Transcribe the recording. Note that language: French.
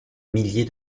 millier